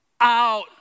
out